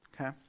Okay